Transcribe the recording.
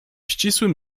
ścisłym